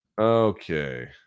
Okay